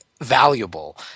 valuable